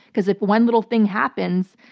because if one little thing happens,